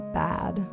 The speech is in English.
bad